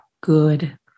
good